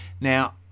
Now